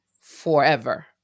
forever